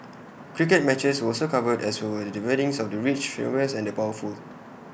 cricket matches were also covered as were the weddings of the rich the famous and the powerful